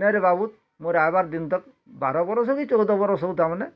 ନାଇରେ ବାବୁ ମୋର ଆଇବାର୍ ଦିନ୍ ତକ୍ ବାର ବରଷ କି ଟଉଦ ବରଷ ହବ ତାମାନେ